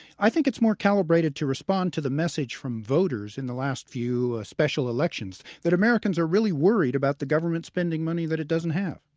i think it's more calibrated to respond to the message from voters in the last few special elections that americans are really worried about the government spending money that it doesn't have.